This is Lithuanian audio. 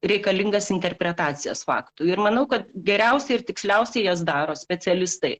reikalingas interpretacijas faktų ir manau kad geriausiai ir tiksliausiai jas daro specialistai